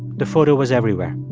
the photo was everywhere